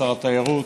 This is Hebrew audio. שר התיירות,